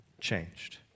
Changed